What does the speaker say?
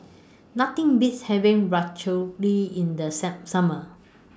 Nothing Beats having Ratatouille in The Some Summer